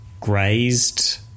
grazed